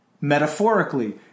Metaphorically